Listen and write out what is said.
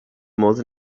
modd